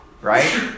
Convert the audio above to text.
right